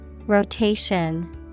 Rotation